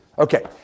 Okay